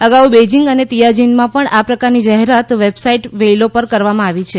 અગાઉ બેઇજિંગ અને તિયાંજિનમાં પણ આ પ્રકારની જાહેરાત વેબસાઇટ વેઇલો પર કરવામાં આવી છે